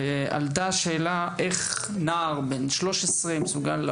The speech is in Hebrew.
עלתה השאלה איך זה יכול לקרות?